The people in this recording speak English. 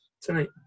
tonight